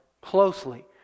closely